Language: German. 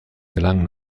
gelang